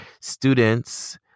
students